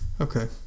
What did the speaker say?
Okay